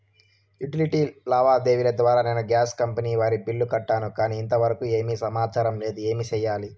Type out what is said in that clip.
Utility లావాదేవీల ద్వారా నేను గ్యాస్ కంపెని వారి బిల్లు కట్టాను కానీ ఇంతవరకు ఏమి సమాచారం లేదు, ఏమి సెయ్యాలి?